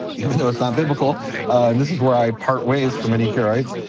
even though it's not biblical and this is where i part ways from any karaites.